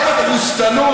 כמה תבוסתנות.